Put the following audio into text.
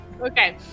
Okay